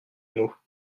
mot